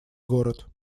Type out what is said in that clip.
город